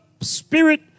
Spirit